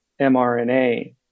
mRNA